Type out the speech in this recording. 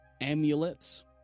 amulets